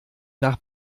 nach